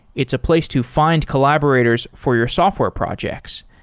it's a place to find collaborators for your software projects.